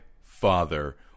father